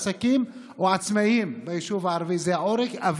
עסקים או עצמאים ביישוב הערבי זה עורק מרכזי,